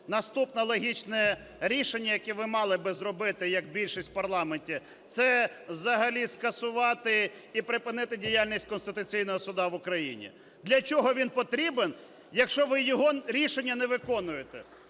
наступне логічне рішення, яке ви мали би зробити як більшість у парламенті, це взагалі скасувати і припинити діяльність Конституційного Суду в Україні. Для чого він потрібен, якщо ви його рішення не виконуєте?